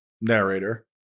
narrator